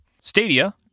Stadia